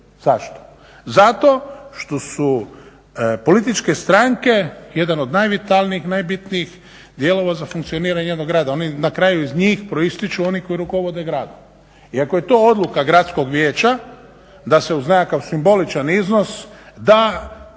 Zašto? Zato što su političke stranke jedan od najvitalnijih, najbitnijih dijelova za funkcioniranje jednog grada. Oni kraju iz njih proističu oni koji rukovode gradom. I ako je to odluka gradskog vijeća da se uz nekakav simboličan iznos da